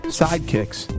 sidekicks